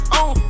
on